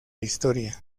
historia